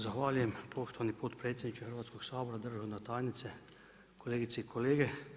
Zahvaljujem poštovani potpredsjedniče Hrvatskog sabora, državna tajnice, kolegice i kolege.